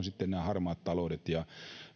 sitten nämä harmaat taloudet ja